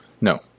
No